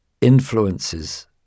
influences